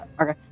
Okay